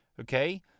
okay